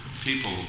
people